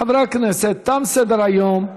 חברי הכנסת, תם סדר-היום.